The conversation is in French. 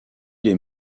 les